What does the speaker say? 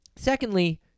Secondly